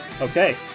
okay